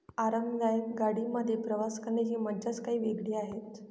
आरामदायक गाडी मध्ये प्रवास करण्याची मज्जाच काही वेगळी आहे